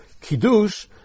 Kiddush